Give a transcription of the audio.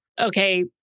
okay